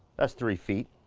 that's three feet,